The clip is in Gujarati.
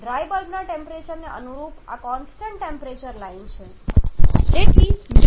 ડ્રાય બલ્બના ટેમ્પરેચરને અનુરૂપ આ કોન્સ્ટન્ટ ટેમ્પરેચર લાઈન છે